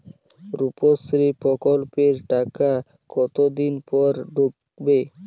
রুপশ্রী প্রকল্পের টাকা কতদিন পর ঢুকবে?